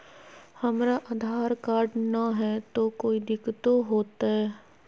हमरा आधार कार्ड न हय, तो कोइ दिकतो हो तय?